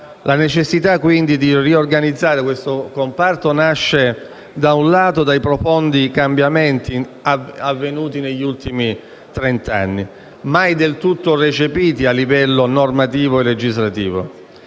La necessità di riorganizzare questo comparto nasce, da un lato, dai profondi cambiamenti avvenuti negli ultimi trenta anni, mai del tutto recepiti a livello normativo e legislativo,